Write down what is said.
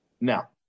Now